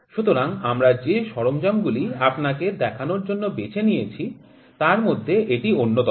সুতরাং আমরা যে সরঞ্জামগুলি আপনাকে দেখানোর জন্য বেছে নিয়েছি তার মধ্যে একটি অন্যতম